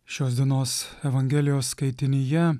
šios dienos evangelijos skaitinyje